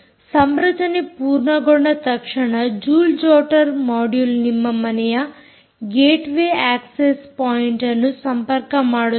ಸಂರಚನೆ ಪೂರ್ಣಗೊಂಡ ತಕ್ಷಣ ಜೂಲ್ ಜೊಟರ್ ಮೊಡ್ಯುಲ್ ನಿಮ್ಮ ಮನೆಯ ಗೇಟ್ ವೇ ಅಕ್ಕ್ಸೆಸ್ ಪಾಯಿಂಟ್ಅನ್ನು ಸಂಪರ್ಕ ಮಾಡುತ್ತದೆ